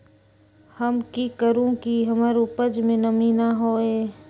हम की करू की हमर उपज में नमी न होए?